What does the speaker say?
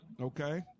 Okay